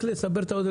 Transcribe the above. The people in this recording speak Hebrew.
רק לסבר את האוזן.